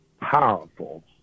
powerful